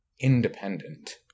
independent